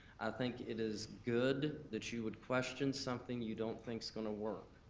think it is good that you would question something you don't think's gonna work.